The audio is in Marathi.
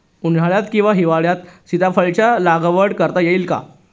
उन्हाळ्यात किंवा हिवाळ्यात सीताफळाच्या लागवड करता येईल का?